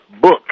book